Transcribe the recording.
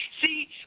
See